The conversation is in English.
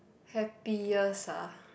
happiest ah